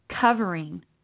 covering